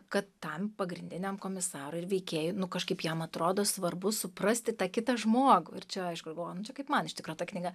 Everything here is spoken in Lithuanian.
kad tam pagrindiniam komisarui ir veikėjui nu kažkaip jam atrodo svarbu suprasti tą kitą žmogų ir čia aišku aš galvoju nu čia kaip man iš tikro ta knyga